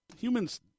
Humans